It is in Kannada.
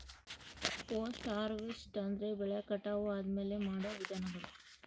ಪೋಸ್ಟ್ ಹಾರ್ವೆಸ್ಟ್ ಅಂದ್ರೆ ಬೆಳೆ ಕಟಾವು ಆದ್ಮೇಲೆ ಮಾಡೋ ವಿಧಾನಗಳು